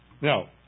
Now